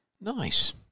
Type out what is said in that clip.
Nice